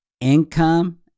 income